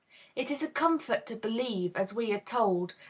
it is a comfort to believe, as we are told,